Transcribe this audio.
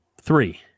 Three